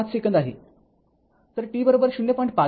५ second आहे तर t०